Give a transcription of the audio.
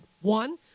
One